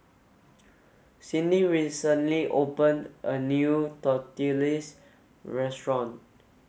Cyndi recently open a new Tortillas restaurant